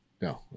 No